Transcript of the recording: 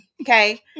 Okay